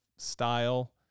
style